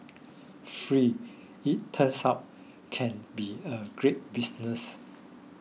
free it turns out can be a great business